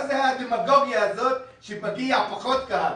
מה זה הדמגוגיה הזאת שמגיע פחות קהל?